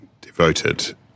Devoted